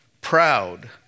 proud